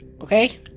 okay